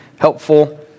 helpful